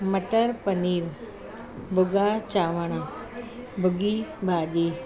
मटर पनीर भुॻा चांवरु भुॻी भाॼी